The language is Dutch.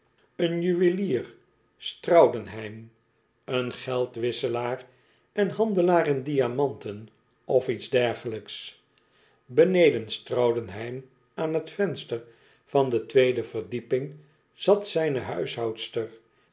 een juwelier straudenheim een geldwisselaar en handelaar in diamanten of iets dergelijks beneden straudenheim aan t venster van de tweede verdieping zat zijne